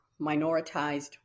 minoritized